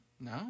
no